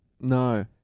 no